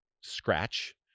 scratch